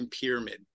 pyramid